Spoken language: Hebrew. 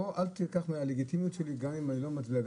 אבל בואו אל תקח מהלגיטימיות שלי גם אם אני לא מצביע.